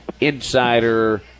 Insider